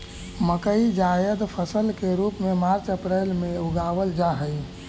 मकई जायद फसल के रूप में मार्च अप्रैल में उगावाल जा हई